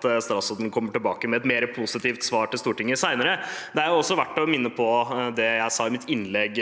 statsråden kommer tilbake med et mer positivt svar til Stortinget senere. Det er også verdt å minne om det jeg sa i mitt innlegg